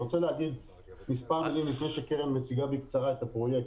אני רוצה להגיד מספר מילים לפני שקרן מציגה בקצרה את הפרויקט.